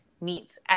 meets